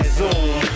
zoom